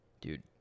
dude